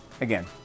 Again